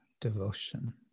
devotion